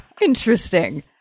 Interesting